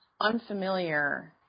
unfamiliar